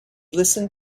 listened